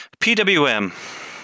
PWM